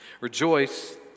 Rejoice